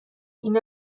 این